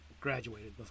graduated